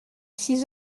six